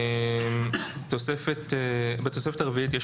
התוספת הרביעית.